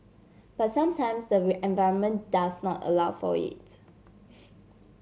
but sometimes the environment does not allow for it